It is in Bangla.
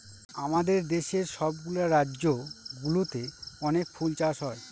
আমাদের দেশের সব গুলা রাজ্য গুলোতে অনেক ফুল চাষ হয়